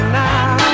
now